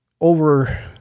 over